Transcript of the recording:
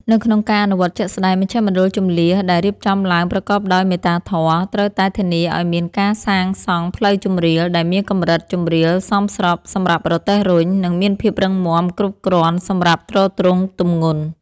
នៅក្នុងការអនុវត្តជាក់ស្តែង មជ្ឈមណ្ឌលជម្លៀសដែលរៀបចំឡើងប្រកបដោយមេត្តាធម៌ ត្រូវតែធានាឱ្យមានការសាងសង់ផ្លូវជម្រាល ដែលមានកម្រិតជម្រាលសមស្របសម្រាប់រទេះរុញ និងមានភាពរឹងមាំគ្រប់គ្រាន់សម្រាប់ទ្រទ្រង់ទម្ងន់។